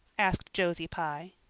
asked josie pye.